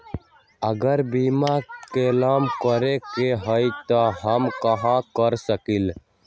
अगर बीमा क्लेम करे के होई त हम कहा कर सकेली?